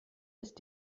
ist